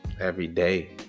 everyday